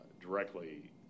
directly